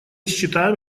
считаем